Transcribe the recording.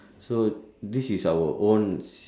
so this is our own